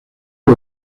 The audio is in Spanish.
del